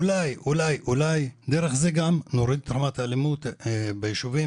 אולי אולי דרך זה גם נוריד את רמת האלימות בישובים,